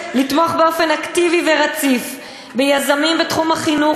לתמוך באופן אקטיבי ורציף ביזמים בתחום החינוך